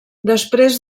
després